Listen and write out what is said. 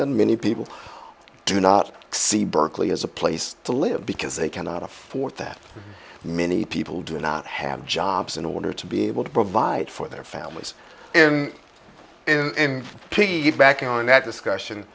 that many people do not see berkeley as a place to live because they cannot afford that many people do not have jobs in order to be able to provide for their families in peace back on that discussion